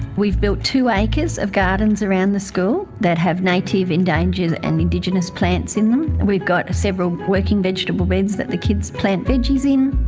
we've built two acres of gardens around the school that have native, endangered and indigenous plants in them. we've got several working vegetable beds that the kids plant veggies in.